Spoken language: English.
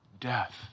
death